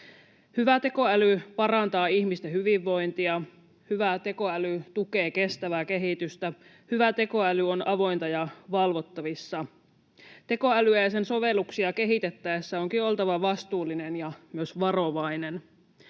Hyvä tekoäly parantaa ihmisten hyvinvointia. Hyvä tekoäly tukee kestävää kehitystä. Hyvä tekoäly on avointa ja valvottavissa. Tekoälyä ja sen sovelluksia kehitettäessä onkin oltava vastuullinen ja myös varovainen.